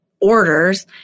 orders